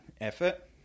effort